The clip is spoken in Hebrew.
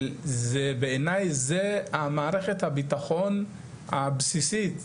זה בעיניי זה המערכת הביטחון הבסיסית,